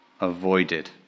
avoided